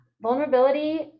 vulnerability